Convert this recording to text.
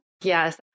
Yes